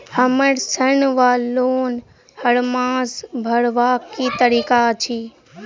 हम्मर ऋण वा लोन हरमास भरवाक की तारीख अछि?